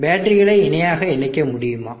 பேட்டரிகளை இணையாக இணைக்க முடியுமா